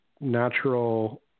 natural